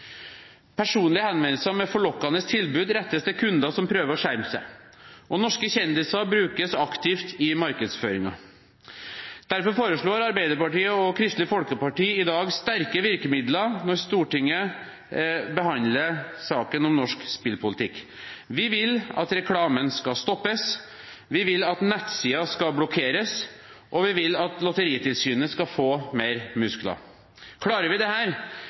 og norske kjendiser brukes aktivt i markedsføringen. Derfor foreslår Arbeiderpartiet og Kristelig Folkeparti i dag sterke virkemidler når Stortinget behandler saken om norsk spillpolitikk. Vi vil at reklamen skal stoppes, vi vil at nettsider skal blokkeres, og vi vil at Lotteritilsynet skal få flere muskler. Klarer vi